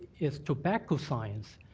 if tobacco science,